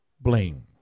blame